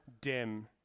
dim